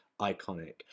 iconic